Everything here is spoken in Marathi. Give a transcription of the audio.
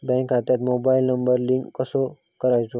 बँक खात्यात मोबाईल नंबर लिंक कसो करायचो?